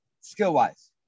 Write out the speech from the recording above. skill-wise